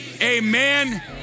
amen